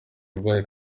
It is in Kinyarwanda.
arwaye